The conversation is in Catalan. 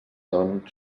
són